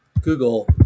Google